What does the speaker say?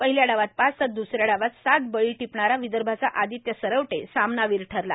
पहिल्या डावात पाच तर द्दसऱ्या डावात सहा बळी टिपणारा विदर्भाचा आदित्य सरवटे सामनावीर ठरला